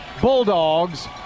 Bulldogs